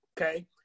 Okay